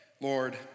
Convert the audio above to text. lord